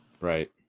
Right